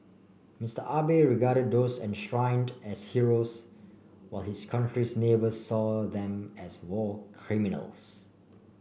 Mister Abe regarded those enshrined as heroes while his country's neighbours saw them as war criminals